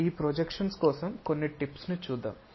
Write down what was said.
ఈ ప్రొజెక్షన్స్ కోసం కొన్ని టిప్స్ ను చూద్దాం